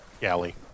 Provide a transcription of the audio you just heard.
galley